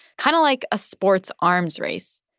kind of like a sports arms race.